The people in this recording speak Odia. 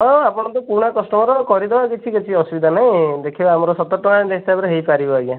ହଁ ଆପଣ ତ ପୁରୁଣା କଷ୍ଟମର କରିଦେବା କିଛି କିଛି ଅସୁବିଧା ନାଇଁ ଦେଖିବା ଆମର ସତର ଟଙ୍କା ହିସାବରେ ହେଇପାରିବ ଆଜ୍ଞା